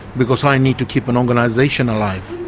because i need to keep an organisation alive?